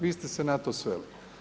Vi ste se na to sveli.